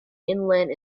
inland